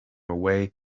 away